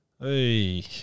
Hey